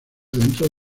dentro